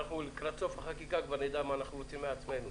שלקראת סוף החקיקה כבר נדע מה אנחנו רוצים מעצמנו